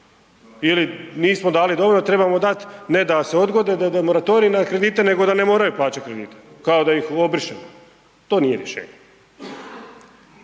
ili nismo dali dovoljno trebamo dat ne da se odgode moratorij na kredite nego da ne moraju plaćat kredite, kao da ih obrišemo. To nije rješenje.